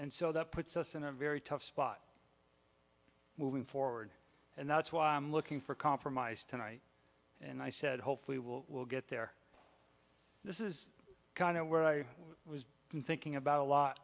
and so that puts us in a very tough spot moving forward and that's why i'm looking for compromise tonight and i said hopefully will get there this is kind of where i was thinking about a lot